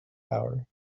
hour